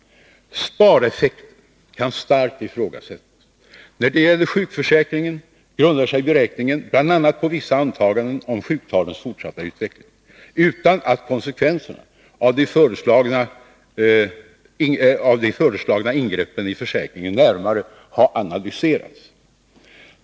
Spareffekterna kan starkt ifrågasättas. När det gäller sjukförsäkringen grundar sig beräkningarna bl.a. på vissa antaganden om sjuktalens fortsatta utveckling, utan att konsekvenserna av de föreslagna ingreppen i försäkringen närmare analyserats.